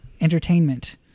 entertainment